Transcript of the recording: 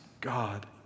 God